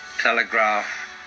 telegraph